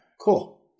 cool